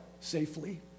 safely